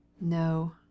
No